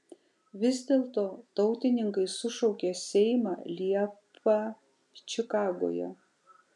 vis dėlto tautininkai sušaukė seimą liepą čikagoje